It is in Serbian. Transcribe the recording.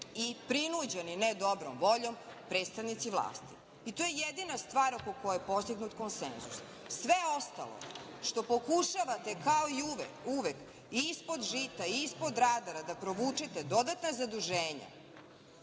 i prinuđeni ne dobrom voljom predstavnici vlasti. To je jedina stvar oko koje je postignut konsenzus, sve ostalo što pokušavate kao i uvek i ispod žita, i ispod radara da provučete dodatna zaduženje